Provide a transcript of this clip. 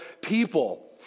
people